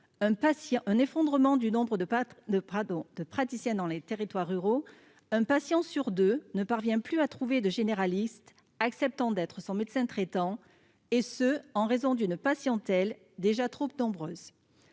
d'un effondrement du nombre de praticiens dans les territoires ruraux, un patient sur deux ne parvient plus à trouver de généraliste acceptant d'être son médecin traitant, et cela en raison d'une patientèle déjà trop nombreuse.